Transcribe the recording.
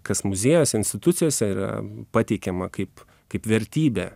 kas muziejaus institucijose yra pateikiama kaip kaip vertybė